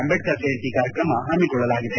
ಅಂಬೇಡ್ತರ್ ಜಯಂತಿ ಕಾರ್ಯಕ್ರಮ ಹಮ್ಮಿಕೊಳ್ಳಲಾಗಿದೆ